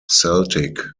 celtic